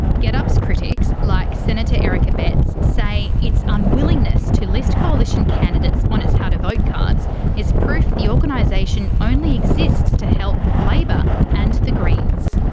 getup's critics, like senator eric abetz, say its unwillingness to list coalition candidates on its how to vote cards is proof the organisation only exists to help labor and the greens.